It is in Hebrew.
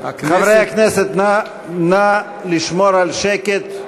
חברי הכנסת, נא לשמור על שקט,